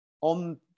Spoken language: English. on